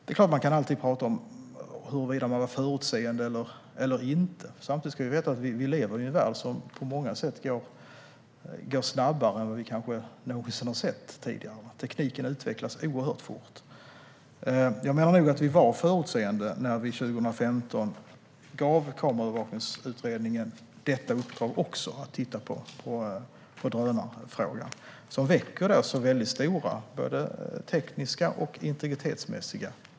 Det är klart att man alltid kan prata om huruvida man är förutseende eller inte. Samtidigt ska vi veta att vi lever i en värld där det på många sätt går snabbare än vi kanske någonsin tidigare sett. Tekniken utvecklas oerhört fort. Jag menar nog att vi var förutseende när vi 2015 gav Kameraövervakningsutredningen även detta uppdrag: att titta på drönarfrågan. Den väcker ju väldigt stora frågor, både tekniska och integritetsmässiga.